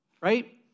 right